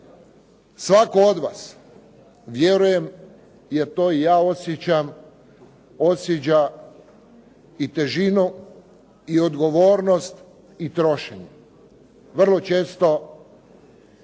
Svatko od vas, vjerujem, jer to i ja osjećam, osjeća i težinu i odgovornost i trošenje. Vrlo često